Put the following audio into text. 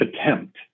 attempt